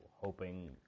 hoping